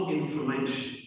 information